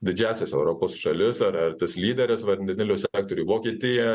didžiąsias europos šalis ar ar tas lyderes vandenilio sektorij vokietiją